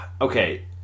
Okay